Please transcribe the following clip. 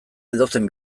edozein